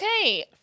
Okay